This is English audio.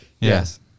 Yes